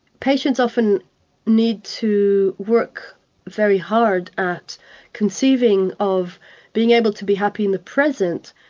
patients often need to work very hard at conceiving of being able to be happy in the present,